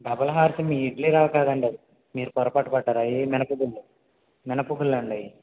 double horse మీ ఇడ్లీ రవ్వ కాదండి అది మీరు పొరపాటు పడ్డారు అవి మినపగుళ్లు మినపగుళ్ళు అండి అవి